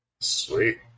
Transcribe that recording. Sweet